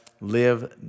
live